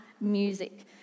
music